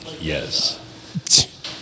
Yes